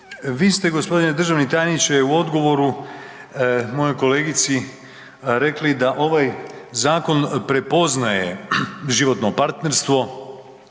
Vi ste g. državni tajniče u odgovoru mojoj kolegici rekli da ovaj zakon prepoznaje životno partnerstvo